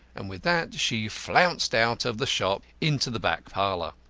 and with that she flounced out of the shop into the back parlour.